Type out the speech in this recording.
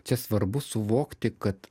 čia svarbu suvokti kad